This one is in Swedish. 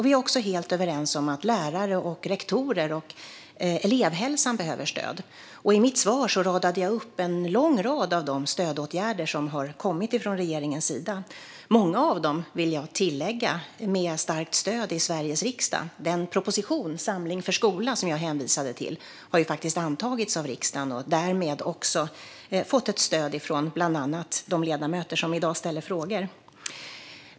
Vi är också helt överens om att lärare, rektorer och elevhälsan behöver stöd. I mitt svar räknade jag upp en lång rad stödåtgärder som har kommit från regeringen. Många av dessa, vill jag tillägga, har ett starkt stöd i Sveriges riksdag. Den proposition som jag hänvisade till, Samling för skolan , har antagits av riksdagen och därmed fått stöd av bland andra de ledamöter som i dag ställer frågor.